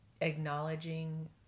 acknowledging